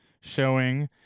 showing